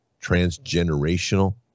transgenerational